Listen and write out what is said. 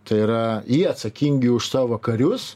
tai yra jie atsakingi už savo karius